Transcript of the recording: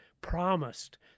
promised